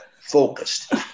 focused